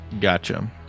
Gotcha